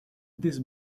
this